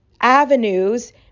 avenues